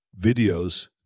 videos